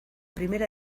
primera